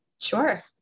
Sure